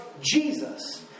Jesus